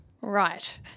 Right